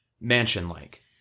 mansion-like